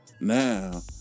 Now